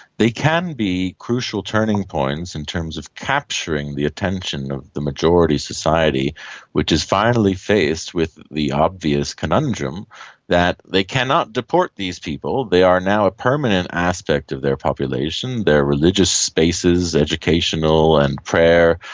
they can be crucial turning points in terms of capturing the attention of the majority society which is finally faced with the obvious conundrum that they cannot deport these people, they are now a permanent aspect of their population. their religious spaces, educational and prayer,